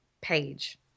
page